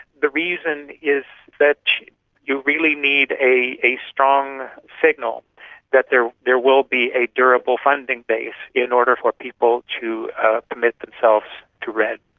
the reason is that you really need a a strong signal that there there will be a durable funding base in order for people to commit themselves to redd.